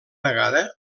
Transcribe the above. vegada